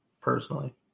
personally